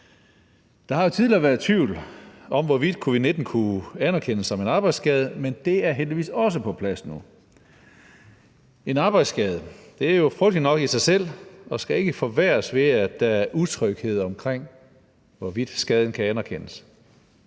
Der har jo tidligere været tvivl om, hvorvidt covid-19 kunne anerkendes som en arbejdsskade, men det er heldigvis også på plads nu. En arbejdsskade er jo frygtelig nok i sig selv og skal ikke forværres ved, at der er utryghed om, hvorvidt skaden kan anerkendes.